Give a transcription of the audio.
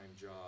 job